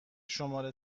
شماره